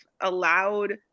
allowed